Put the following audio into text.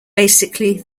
basically